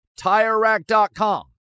TireRack.com